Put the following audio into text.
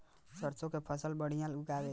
सरसों के फसल बढ़िया उगावे ला कैसन खाद डाली?